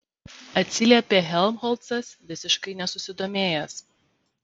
atsiliepė helmholcas visiškai nesusidomėjęs